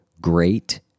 Great